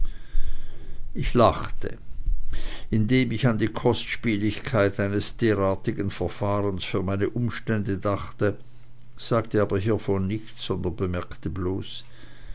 ich lachte indem ich an die kostspieligkeit eines derartigen verfahrens für meine umstände dachte sagte aber hievon nichts sondern bemerkte bloß